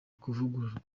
kuvugururwa